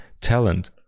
talent